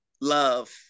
love